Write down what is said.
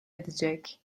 edecek